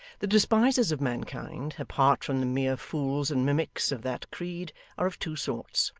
the despisers of mankind apart from the mere fools and mimics, of that creed are of two sorts.